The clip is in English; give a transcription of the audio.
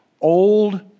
old